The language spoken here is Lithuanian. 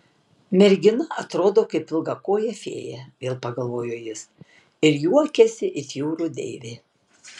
mergina atrodo kaip ilgakojė fėja vėl pagalvojo jis ir juokiasi it jūrų deivė